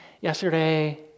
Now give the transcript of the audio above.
yesterday